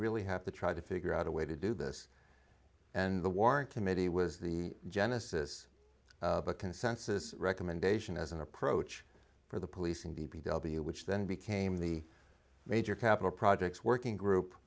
really have to try to figure out a way to do this and the war committee was the genesis of a consensus recommendation as an approach for the policing d p w which then became the major capital projects working group